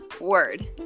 word